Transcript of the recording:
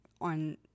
on